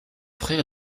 frères